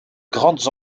grandes